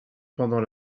pendant